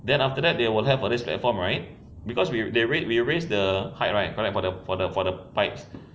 then after that they will have a raised platform right because we they we raise the height right correct for the for the for the pipes